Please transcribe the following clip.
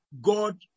God